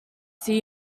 see